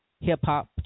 hip-hop